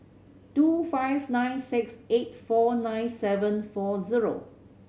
two five nine six eight four nine seven four zero